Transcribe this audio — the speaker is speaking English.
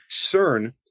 CERN